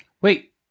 Wait